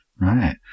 right